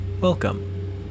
welcome